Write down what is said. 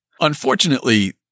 Unfortunately